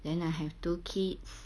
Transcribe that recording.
then I have two kids